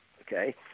okay